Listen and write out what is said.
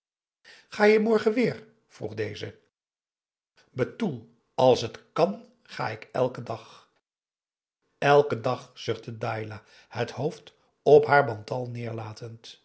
ga je morgen weer vroeg deze betoel als het kan ga ik elken dag elken dag zuchtte dailah het hoofd op haar bantal neerlatend